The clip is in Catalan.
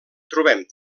trobem